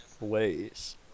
ways